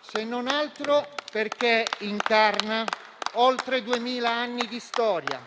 se non altro perché incarna oltre duemila anni di storia